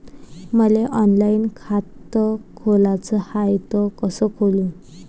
मले ऑनलाईन खातं खोलाचं हाय तर कस खोलू?